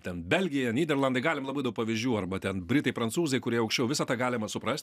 ten belgija nyderlandai galim labai daug pavyzdžių arba ten britai prancūzai kurie aukščiau visą tą galima suprast